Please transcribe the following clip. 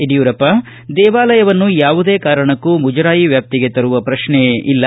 ಯಡಿಯೂರಪ್ಪ ದೇವಾಲಯವನ್ನು ಯಾವುದೇ ಕಾರಣಕ್ಕೂ ಮುಜರಾಯಿ ವ್ಯಾಪ್ತಿಗೆ ತರುವ ಪ್ರಶ್ನೆಯೇ ಇಲ್ಲ